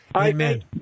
Amen